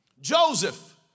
Joseph